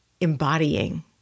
embodying